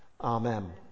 Amen